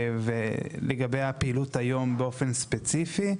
ולגבי הפעילות היום באופן ספציפי,